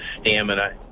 stamina